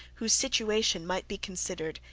whose situation might be considered,